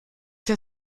der